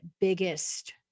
biggest